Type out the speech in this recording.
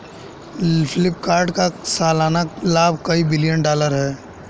फ्लिपकार्ट का सालाना लाभ कई बिलियन डॉलर है